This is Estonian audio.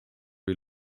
või